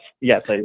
Yes